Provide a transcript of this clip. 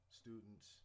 students